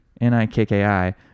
n-i-k-k-i